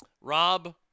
Rob